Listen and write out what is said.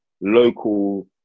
local